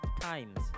times